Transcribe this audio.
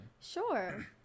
Sure